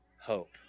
hope